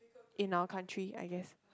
in our country I guess